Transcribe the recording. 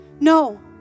No